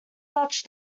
such